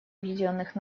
объединенных